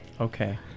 Okay